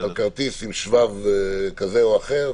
כרטיס עם שבב כזה או אחר,